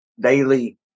daily